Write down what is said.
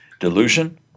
Delusion